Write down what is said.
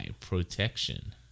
protection